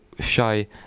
shy